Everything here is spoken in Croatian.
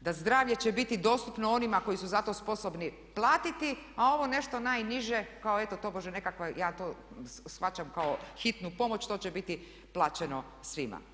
da zdravlje će biti dostupno onima koji su za to sposobni platiti a ovo nešto najniže kao eto tobože nekakva ja to shvaćam kao hitnu pomoć to će biti plaćeno svima.